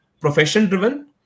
profession-driven